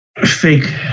fake